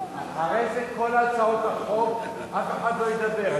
אחרי זה, כל הצעות החוק, אף אחד לא ידבר.